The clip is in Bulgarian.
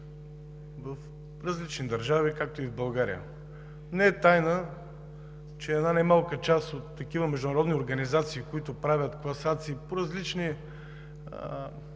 в различни държави, както и в България. Не е тайна, че една немалка част от такива международни организации, които правят класации по различни